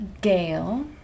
Gail